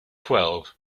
twelve